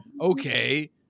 Okay